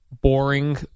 boring